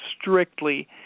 strictly